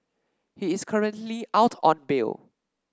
he is currently out on bail